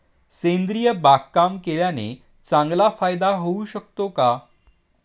सेंद्रिय बागकाम केल्याने चांगला फायदा होऊ शकतो का?